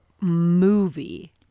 movie